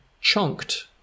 chunked